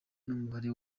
n’umubare